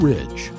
Ridge